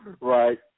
Right